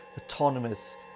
autonomous